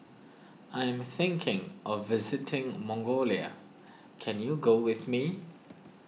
I am thinking of visiting Mongolia can you go with me